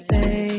Say